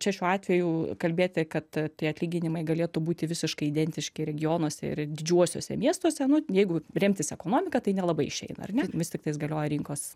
čia šiuo atveju kalbėti kad tie atlyginimai galėtų būti visiškai identiški regionuose ir didžiuosiuose miestuose nu jeigu remtis ekonomika tai nelabai išeina ar ne vis tiktais galioja rinkos